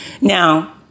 Now